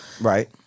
Right